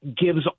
gives